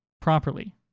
properly